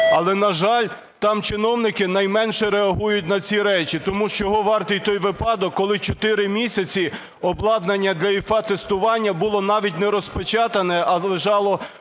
Але, на жаль, там чиновники найменше реагують на ці речі, тому що чого вартий той випадок, коли 4 місяці обладнання для ІФА-тестування було навіть не розпечатане, а лежало